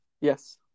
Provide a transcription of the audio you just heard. Yes